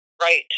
Right